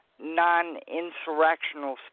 non-insurrectional